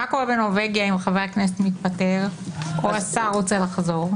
מה קורה בנורבגי אם חבר הכנסת מתפטר או שהשר רוצה לחזור?